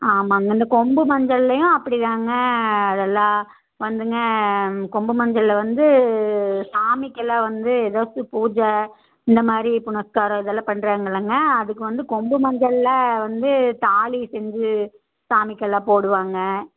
ஆமாம்ங்க இந்த கொம்பு மஞ்சள்லையும் அப்படி தாங்க அதெல்லாம் வந்துங்க கொம்பு மஞ்சளில் வந்து சாமிக்கெல்லாம் வந்து எதாச்சும் பூஜை இந்த மாதிரி புனஸ்காரம் இதெல்லாம் பண்ணுறாங்கல்லங்க அதுக்கு வந்து கொம்பு மஞ்சளில் வந்து தாலி செஞ்சு சாமிக்கெல்லாம் போடுவாங்க